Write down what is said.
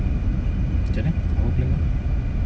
macam mana apa plan kau